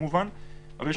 שיש